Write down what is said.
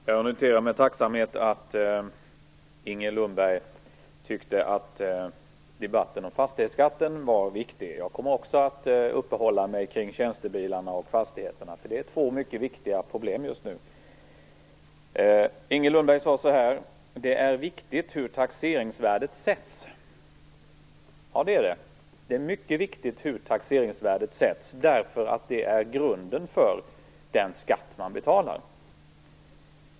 Fru talman! Jag noterade med tacksamhet att Inger Lundberg tyckte att debatten om fastighetsskatten var viktig. Också jag kommer att upphålla mig vid tjänstebilarna och fastigheterna, eftersom det är två mycket viktiga problem just nu. Inger Lundberg sade att det är viktigt hur taxeringsvärdet sätts. Ja, det är mycket viktigt, därför att det är grunden för den skatt man betalar.